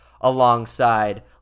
alongside